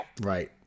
Right